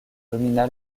domina